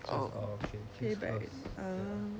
so err it's okay